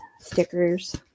stickers